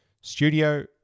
Studio